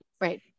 Right